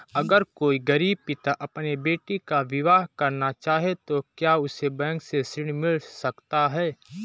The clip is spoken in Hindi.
अगर कोई गरीब पिता अपनी बेटी का विवाह करना चाहे तो क्या उसे बैंक से ऋण मिल सकता है?